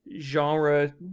genre